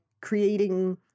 creating